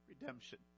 redemption